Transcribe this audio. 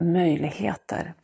möjligheter